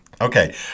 Okay